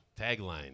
tagline